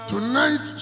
Tonight